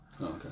Okay